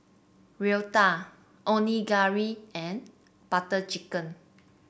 Raita Onigiri and Butter Chicken